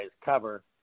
cover